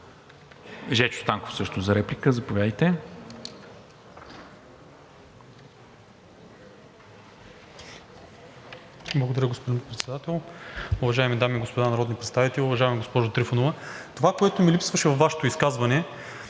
Жечо Станков за реплика – заповядайте.